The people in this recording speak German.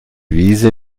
wiese